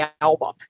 album